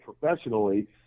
professionally